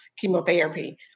chemotherapy